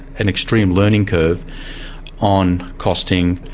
an extreme learning curve on costing.